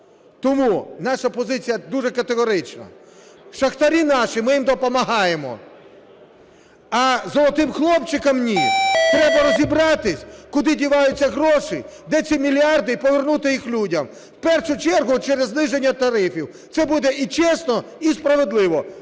Тому наша позиція дуже категорична. Шахтарі наші, ми їм допомагаємо, а "золотим хлопчикам" – ні. Треба розібратися, куди діваються гроші, де ці мільярди, і повернути їх людям, в першу чергу через зниження тарифів. Це буде і чесно, і справедливо,